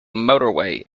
motorway